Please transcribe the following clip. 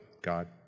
God